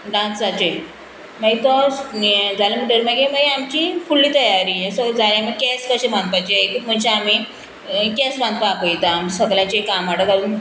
डांसाचे मागीर तो हे जालें म्हणटगीर मागीर मागीर आमची फुडली तयारी हें सगळें जालें मागीर केंस कशे बांदपाचे एकूच मनशाक आमी केंस बांदपाक आपयता आमी सगल्याचो एक आंबाडो घालून